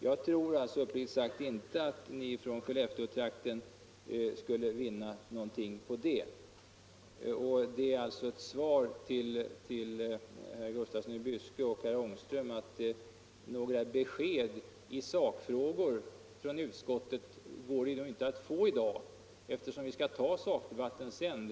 Jag tror uppriktigt sagt inte att man i Skellefteåtrakten skulle vinna någonting på det. Några besked i sakfrågor från utskottet — det är mitt svar till herr Gustafsson i Byske och herr Ångström -— går det inte att få i dag, eftersom vi skall föra sakdebatten senare.